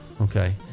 okay